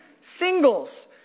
Singles